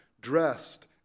dressed